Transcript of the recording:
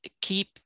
keep